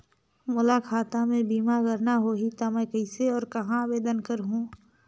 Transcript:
मोला खाता मे बीमा करना होहि ता मैं कइसे और कहां आवेदन करहूं?